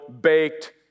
baked